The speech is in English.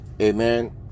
amen